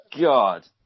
God